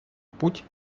путь